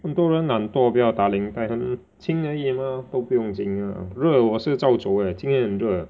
很多人懒惰不要打领带很轻而已嘛都不用紧的热我是照走 leh 今天很热